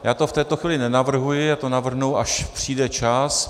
Já to v této chvíli nenavrhuji, já to navrhnu, až přijde čas.